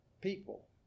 people